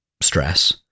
stress